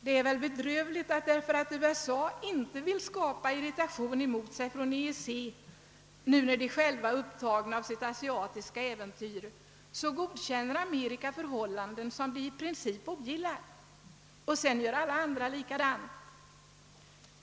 Det är väl bedrövligt att därför att USA inte vill skapa irritation mot sig från EEC, nu när USA självt är upptaget av sitt asiatiska äventyr, så godkänner Amerika förhållanden, som de i princip ogillar, och sen gör alla andra likadant.